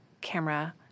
camera